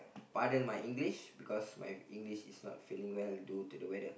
pardon my English because my English is not feeling well due to the weather